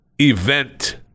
event